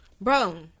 Bro